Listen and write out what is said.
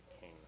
King